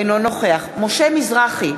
אינו נוכח משה מזרחי,